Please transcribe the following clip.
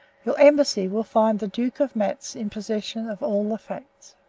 your embassy will find the duke of matz in possession of all the facts.